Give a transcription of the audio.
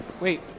Wait